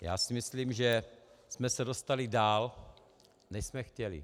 Já si myslím, že jsme se dostali dál, než jsme chtěli.